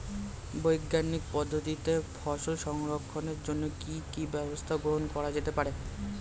বৈজ্ঞানিক পদ্ধতিতে ফসল সংরক্ষণের জন্য কি ব্যবস্থা গ্রহণ করা যেতে পারে?